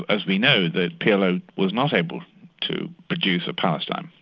as we know, the plo was not able to produce a palestine.